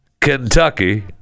Kentucky